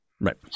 Right